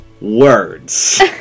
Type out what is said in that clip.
words